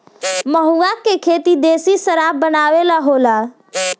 महुवा के खेती देशी शराब बनावे ला होला